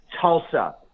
Tulsa